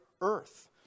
earth